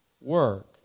work